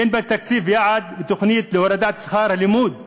אין בתקציב יעד ותוכנית להורדת שכר הלימוד בכלל.